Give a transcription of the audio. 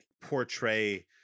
portray